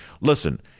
listen